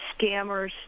scammers